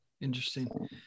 Interesting